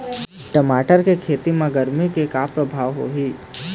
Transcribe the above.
टमाटर के खेती म गरमी के का परभाव होही?